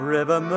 River